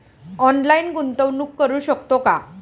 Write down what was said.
Online गुंतवणूक करू शकतो का?